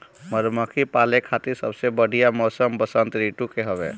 मधुमक्खी पाले खातिर सबसे बढ़िया मौसम वसंत ऋतू के हवे